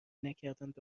نکردند